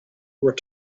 were